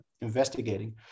investigating